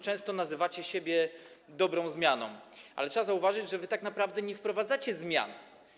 Często nazywacie siebie dobrą zmianą, ale trzeba zauważyć, że wy tak naprawdę nie wprowadzacie zmian.